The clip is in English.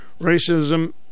Racism